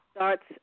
Starts